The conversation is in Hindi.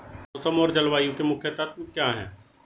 मौसम और जलवायु के मुख्य तत्व क्या हैं?